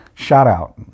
shout-out